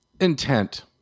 Intent